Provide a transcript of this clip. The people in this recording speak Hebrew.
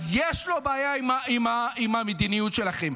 אז יש לו בעיה עם המדיניות שלכם.